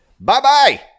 Bye-bye